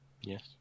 Yes